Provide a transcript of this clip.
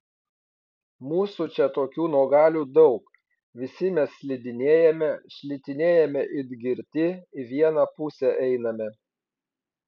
mūsų čia tokių nuogalių daug visi mes slidinėjame šlitinėjame it girti į vieną pusę einame